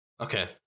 Okay